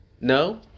No